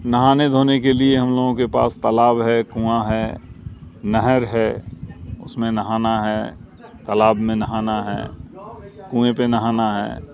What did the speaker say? نہانے دھونے کے لیے ہم لوگوں کے پاس تالاب ہے کنواں ہے نہر ہے اس میں نہانا ہے تالاب میں نہانا ہے کنوئیں پہ نہانا ہے